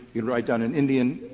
you can write down an indian